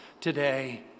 today